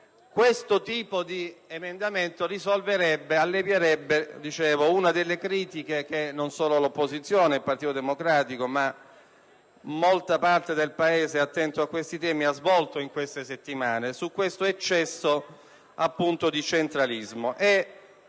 Questo tipo di emendamento allevierebbe una delle critiche che non solo l'opposizione, il Partito Democratico, ma molta parte del Paese - che è attento a tali temi - ha rivolto in queste settimane a questo eccesso di centralismo.